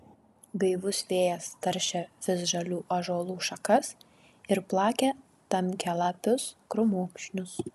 gaivus vėjas taršė visžalių ąžuolų šakas ir plakė tankialapius krūmokšnius